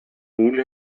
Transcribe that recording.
fool